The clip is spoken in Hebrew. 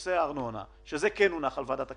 בנושא הארנונה שזה כן נושא שהונח על שולחן ועדת הכספים.